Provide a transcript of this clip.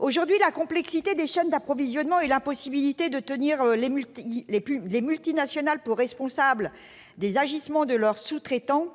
Aujourd'hui, la complexité des chaînes d'approvisionnement et l'impossibilité de tenir les multinationales pour responsables des agissements de leurs sous-traitants